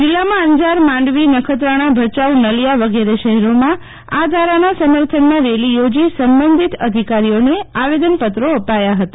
જીલ્લામાં અંજાર માંડવી નખત્રાણા ભચાઉ નળિયા વગેરે શહેરોમાં આ ધારણા સમર્થનમાં રેલી યોજી સંબંધિત અધિકારીઓને આવેદનપત્રો અપાયા હતા